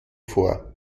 vor